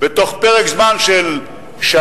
בתוך פרק זמן של שנה,